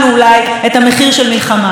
ואני אולי צעירה יחסית,